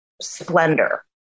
splendor